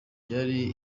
vyari